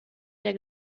der